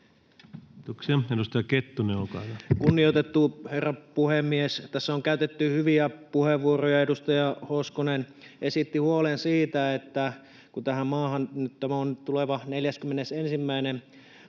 Kiitoksia. — Edustaja Kettunen, olkaa hyvä. Kunnioitettu herra puhemies! Tässä on käytetty hyviä puheenvuoroja. Edustaja Hoskonen esitti huolen siitä — kun tämä tuleva on